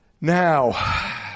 Now